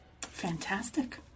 fantastic